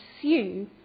pursue